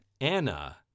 Anna